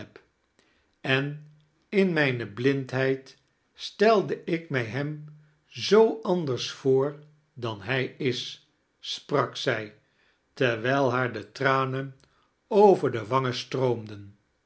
en in mijne blindheid stelde ik mij hem zoo anders voor dan hij is sprak zij terwijl haar de tranen over charles dickens de wangen stiroomden